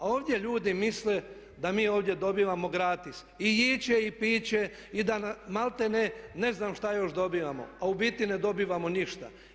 A ovdje ljudi misle da mi ovdje dobivamo gratis i iće i piće i da maltene ne znam što još dobivamo, a u biti ne dobivamo ništa.